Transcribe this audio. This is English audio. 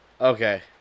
Okay